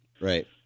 right